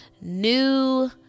new